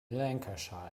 lancashire